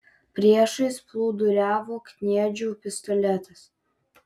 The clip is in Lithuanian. priešais plūduriavo kniedžių pistoletas